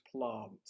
plant